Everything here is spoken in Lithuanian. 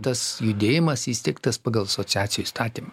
tas judėjimas įsteigtas pagal asociacijų įstatymą